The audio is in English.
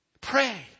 pray